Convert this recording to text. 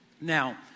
Now